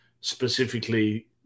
specifically